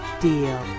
deal